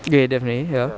okay definitely ya